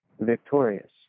victorious